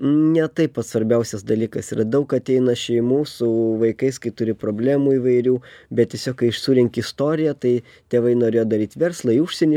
ne tai pats svarbiausias dalykas yra daug ateina šeimų su vaikais kai turi problemų įvairių bet tiesiog kai surenki istoriją tai tėvai norėjo daryt verslą į užsienį